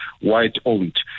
white-owned